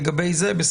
לגבי דבר אחר,